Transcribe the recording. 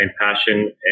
passion